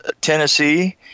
Tennessee